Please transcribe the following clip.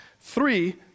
Three